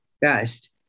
best